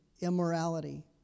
Immorality